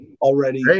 already